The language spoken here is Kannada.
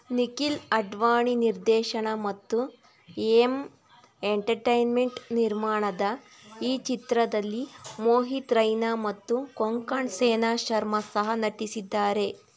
ನಿಖಿಲ್ ಅಡ್ವಾಣಿ ನಿರ್ದೇಶನ ಮತ್ತು ಎ ಎಮ್ ಎಂಟರ್ಟೈನ್ಮೆಂಟ್ ನಿರ್ಮಾಣದ ಈ ಚಿತ್ರದಲ್ಲಿ ಮೋಹಿತ್ ರೈನಾ ಮತ್ತು ಕೊಂಕಣ್ ಸೇನಾ ಶರ್ಮಾ ಸಹ ನಟಿಸಿದ್ದಾರೆ